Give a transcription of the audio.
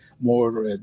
more